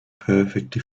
perfectly